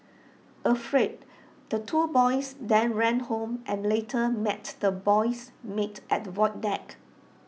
afraid the two boys then ran home and later met the boy's maid at the void deck